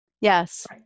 yes